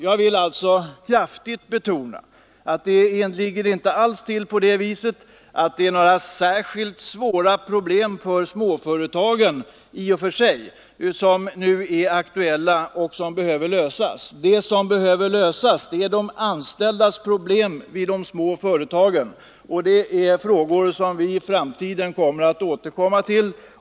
Jag vill alltså kraftigt betona att det inte alls ligger till så att det är för småföretagen särskilt svåra problem som nu är aktuella och behöver lösas; det som behöver lösas är de anställdas problem vid de små företagen — frågor som vi i framtiden kommer att återkomma till.